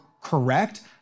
correct